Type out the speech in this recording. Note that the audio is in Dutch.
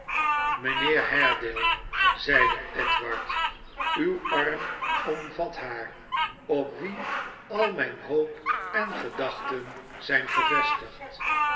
mijnheer haredale zeide edward uw arm omvat haar op wie al mijne hoop en gedachten zijn gevestigd